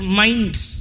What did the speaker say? minds